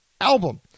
album